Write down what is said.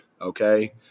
okay